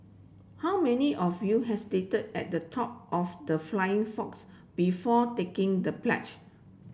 how many of you hesitated at the top of the flying fox before taking the plunge